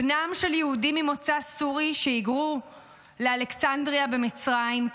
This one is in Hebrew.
בנם של יהודים ממוצא סורי שהיגרו לאלכסנדריה במצרים,